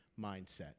mindset